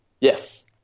Yes